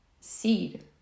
seed